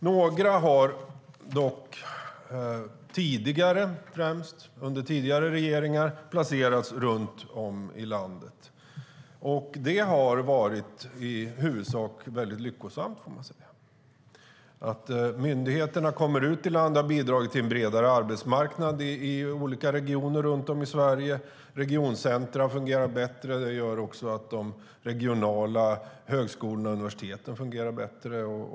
Några myndigheter har under främst tidigare regeringar placerats runt om i landet. Det har i huvudsak varit lyckosamt. Att myndigheterna kommer ut i landet har bidragit till en bredare arbetsmarknad i olika regioner runt om i Sverige. Regioncentrum har fungerat bättre, och det har gjort att de regionala högskolorna och universiteten har fungerat bättre.